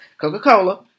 Coca-Cola